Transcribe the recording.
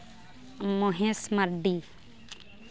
Mahesh Mardi